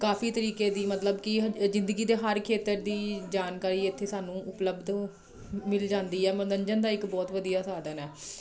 ਕਾਫੀ ਤਰੀਕੇ ਦੀ ਮਤਲਬ ਕਿ ਜ਼ਿੰਦਗੀ ਦੇ ਹਰ ਖੇਤਰ ਦੀ ਜਾਣਕਾਰੀ ਇੱਥੇ ਸਾਨੂੰ ਉਪਲਬਧ ਮਿਲ ਜਾਂਦੀ ਹੈ ਮਨੋਰੰਜਨ ਦਾ ਇੱਕ ਬਹੁਤ ਵਧੀਆ ਸਾਧਨ ਹੈ